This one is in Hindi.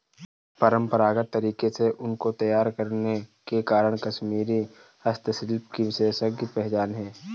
परम्परागत तरीके से ऊन को तैयार करने के कारण कश्मीरी हस्तशिल्प की विशेष पहचान है